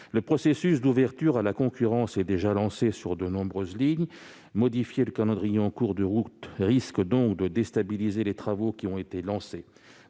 Le processus d'ouverture à la concurrence est déjà lancé sur de nombreuses lignes ; modifier le calendrier en cours de route risque donc de déstabiliser les travaux qui ont été lancés.